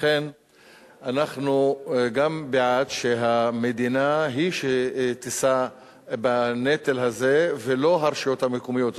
לכן אנחנו גם בעד שהמדינה היא שתישא בנטל הזה ולא הרשויות המקומיות.